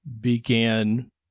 began